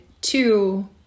two